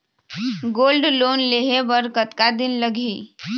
Gold loan लेहे बर कतका दिन लगही?